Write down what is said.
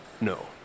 No